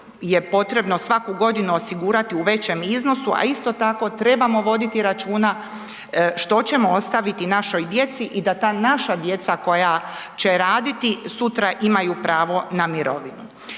je potrebno svaku godinu osigurati u većem iznosu, a isto tako trebamo voditi računa što ćemo ostaviti našoj djeci i da ta naša djeca koja će raditi, sutra imaju pravo na mirovinu.